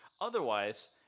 Otherwise